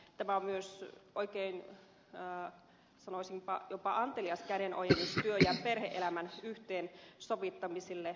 tämä on myös oikein sanoisinpa jopa antelias kädenojennus työ ja perhe elämän yhteensovittamiselle